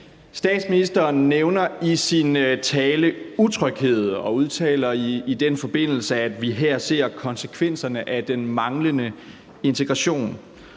Statsministeren nævner i sin tale utryghed og udtaler i den forbindelse, at vi her ser konsekvenserne af den manglende integration.